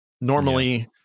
normally